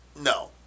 no